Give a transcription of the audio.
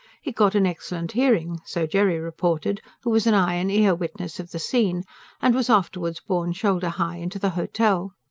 he got an excellent hearing so jerry reported, who was an eye and ear-witness of the scene and was afterwards borne shoulder-high into the hotel.